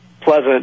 pleasant